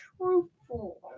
truthful